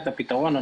את הפתרון,